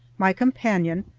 my companion,